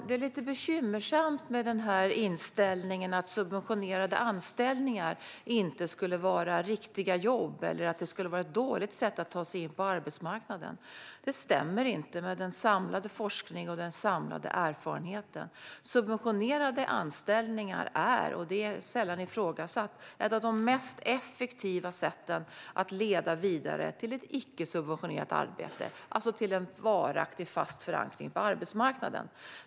Herr talman! Inställningen att subventionerade anställningar inte skulle vara riktiga jobb eller att de är ett dåligt sätt att ta sig in på arbetsmarknaden är lite bekymmersam. Den stämmer inte överens med den samlade forskningen och erfarenheten. Subventionerade anställningar är - det är sällan ifrågasatt - ett av de mest effektiva sätten att leda människor vidare till ett icke-subventionerat arbete, alltså till en varaktig, fast förankring på arbetsmarknaden.